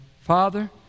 Father